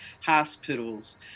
hospitals